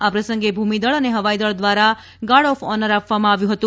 આ પ્રસંગે ભૂમીદળ અને હવાઇદળ ધ્વારા ગાર્ડ ઓફ ઓનર આપવામાં આવ્યં હતું